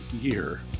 year